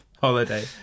Holiday